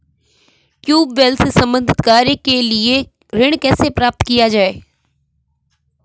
Tubewell से संबंधित कार्य के लिए ऋण कैसे प्राप्त किया जाए?